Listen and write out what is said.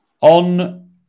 on